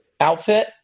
outfit